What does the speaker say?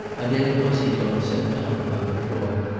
adele rossignol sat down upon the floor,